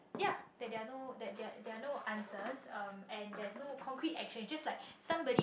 ya that there are no that there there are no answers um and there's no concrete action just like somebody